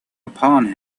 upon